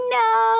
no